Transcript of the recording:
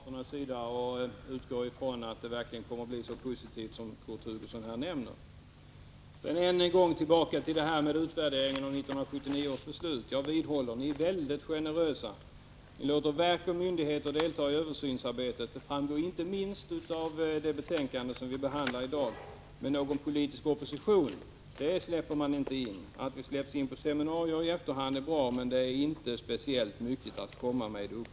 Herr talman! Det Kurt Hugosson sade om televerket var glädjande att höra. Vi moderater skall följa upp den saken och utgår från att resultatet blir så positivt som Kurt Hugosson nämnde. Vad så gäller frågan om utvärderingen av 1979 års trafikpolitiska beslut vidhåller jag att ni är mycket generösa. Ni låter verk och myndigheter delta i översynsarbetet. Det framgår inte minst av det betänkande som vi behandlar i dag. Men någon politisk opposition släpper man inte in. Att vi släpps in på seminarier i efterhand är bra, men det är uppriktigt talat inte speciellt mycket att komma med.